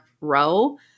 row